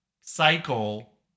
cycle